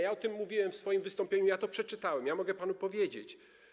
Ja o tym mówiłem w swoim wystąpieniu, ja to przeczytałem, mogę panu powiedzieć.